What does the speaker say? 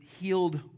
healed